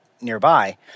nearby